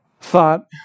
thought